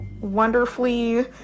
wonderfully